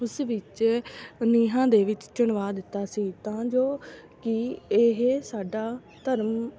ਉਸ ਵਿੱਚ ਨੀਹਾਂ ਦੇ ਵਿੱਚ ਚਿਣਵਾ ਦਿੱਤਾ ਸੀ ਤਾਂ ਜੋ ਕਿ ਇਹ ਸਾਡਾ ਧਰਮ